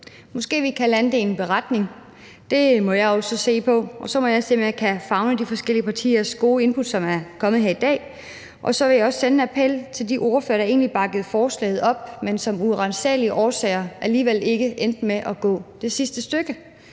Måske kan vi lande det i en beretning, det må jeg jo så se på, og så må jeg se, om jeg kan favne de forskellige partiers gode input, som er kommet her i dag. Og så vil jeg også sende en appel til de ordførere, der egentlig bakkede forslaget op, men som af uransagelig årsager alligevel ikke endte med at gå det sidste stykke.